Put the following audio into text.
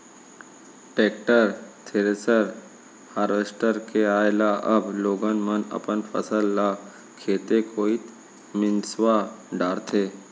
tractor, thresher, harvester के आए ले अब लोगन मन अपन फसल ल खेते कोइत मिंसवा डारथें